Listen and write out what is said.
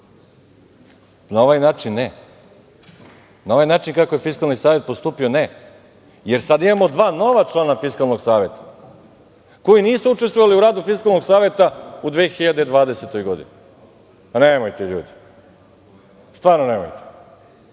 Na ovaj način ne, na ovaj način kako je Fiskalni savet postupio ne jer sada imamo dva nova člana Fiskalnog saveta koji nisu učestovali u radu Fiskalnog saveta u 2020. godini. Nemojte, ljudi. Stvarno nemojte. Nije